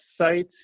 site